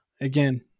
again